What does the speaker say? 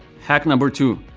hack number two,